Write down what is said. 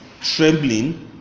trembling